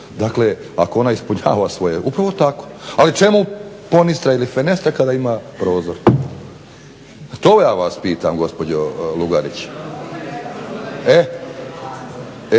Dakle, ako ona ispunjava svoje, upravo tako, ali čemu ponistra ili fenestra kada ima prozor. Pa to ja vas pitam gospođo Lugarić. Da,